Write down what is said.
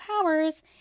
Powers